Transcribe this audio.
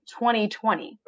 2020